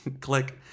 click